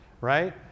right